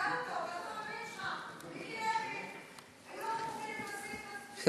תשאל אותו, הוא יכול להגיד לך.